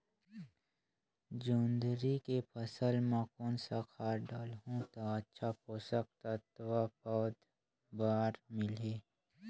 जोंदरी के फसल मां कोन सा खाद डालहु ता अच्छा पोषक तत्व पौध बार मिलही?